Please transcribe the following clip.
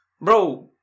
bro